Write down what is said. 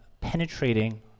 penetrating